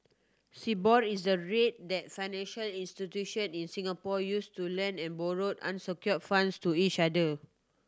Sibor is the rate that financial institutions in Singapore use to lend and borrow unsecured funds to each other